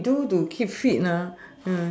what you do to keep fit ah